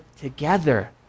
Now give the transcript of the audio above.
together